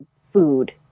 food